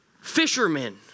Fishermen